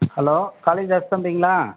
hello Kalidas தம்பிங்களா